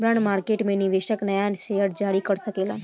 bond market में निवेशक नाया शेयर जारी कर सकेलन